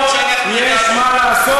יש עוד מה לעשות.